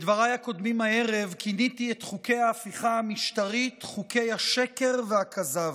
בדבריי הקודמים הערב כיניתי את חוקי ההפיכה המשטרית "חוקי השקר והכזב".